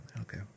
Okay